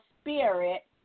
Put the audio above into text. spirit